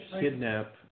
Kidnap